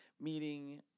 meeting